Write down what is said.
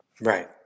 Right